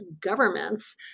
governments